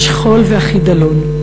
השכול והחידלון,